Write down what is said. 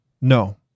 No